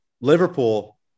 Liverpool